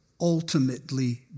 ultimately